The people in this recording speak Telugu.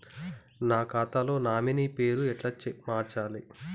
నా ఖాతా లో నామినీ పేరు ఎట్ల మార్చాలే?